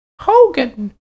Hogan